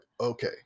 okay